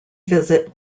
visit